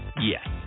Yes